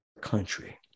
country